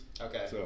Okay